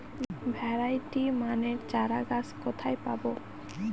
Variety মানের চারাগাছ কোথায় পাবো?